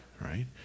Right